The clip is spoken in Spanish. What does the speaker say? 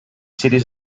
series